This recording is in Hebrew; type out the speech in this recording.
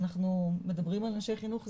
אנחנו מדברים על אנשי חינוך,